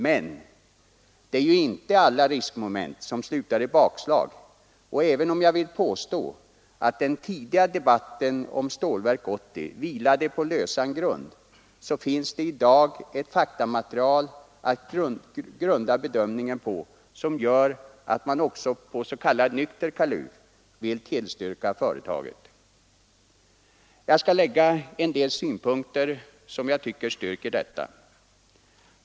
Men — det är ju inte alla riskmoment som slutar i bakslag, och även om jag vill påstå att den tidiga debatten om Stålverk 80 vilade på löst underlag, så finns det i dag ett faktamaterial att grunda bedömningen på, som gör att man också på s.k. nykter kaluv vill tillstyrka företaget. Jag skall här lägga fram en del synpunkter som styrker detta.